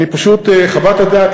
פשוט חוות הדעת,